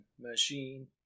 machine